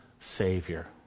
Savior